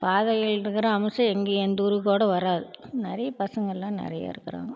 பாதரையில்ருக்கற அம்சம் எங்கள் எந்த ஊருக்கு கூட வராது நிறைய பசங்கள்லாம் நிறைய இருக்கிறாங்கோ